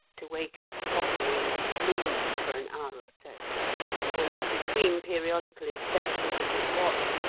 to wake up suddenly and moon for an hour or so and, between periodical inspections of his watch,